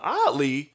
oddly